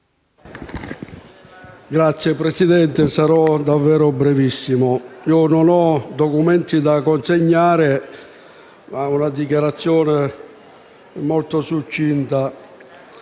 Signor Presidente, sarò davvero brevissimo. Non ho documenti da consegnare, ma vorrei fare una dichiarazione molto succinta